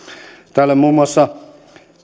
täällä muun muassa